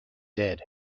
dead